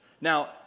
Now